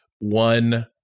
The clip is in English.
one